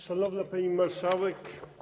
Szanowna Pani Marszałek!